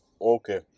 okay